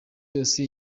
yose